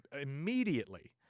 immediately